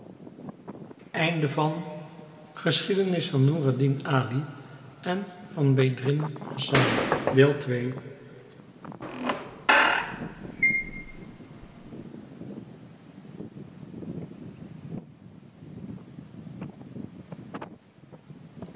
geschiedenis van noureddin ali en van bedreddin